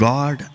God